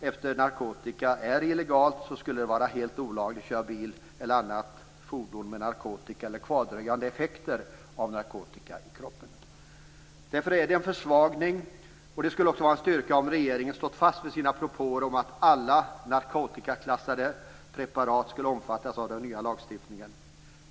Eftersom det är illegalt med narkotika borde det vara olagligt att köra bil eller annat fordon med narkotika eller kvardröjande effekter av narkotika i kroppen. Därför är detta en försvagning. Det skulle ha varit en styrka om regeringen hade stått fast vid sina propåer om att alla narkotikaklassade preparat skulle omfattas av den nya lagstiftningen.